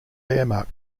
wehrmacht